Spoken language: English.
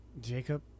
Jacob